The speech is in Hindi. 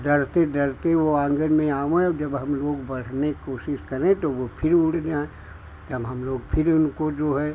डरते डरते वह आँगन में आवैं और जब हम लोग बढ़ने की कोशिश करें तो वह फिर उड़ जाएँ तब हम लोग फिर उनको जो है